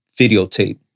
videotape